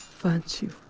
weren't you? i